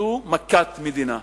זו מכת מדינה.